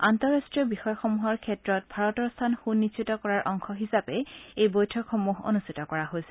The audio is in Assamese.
আন্তঃৰাষ্ট্ৰীয় বিষয়সমূহৰ ক্ষেত্ৰত ভাৰতৰ স্থান সুনিশ্চিত কৰাৰ অংশ হিচাপে এই বৈঠক অনুষ্ঠিত কৰা হৈছে